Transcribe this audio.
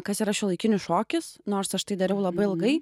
kas yra šiuolaikinis šokis nors aš tai dariau labai ilgai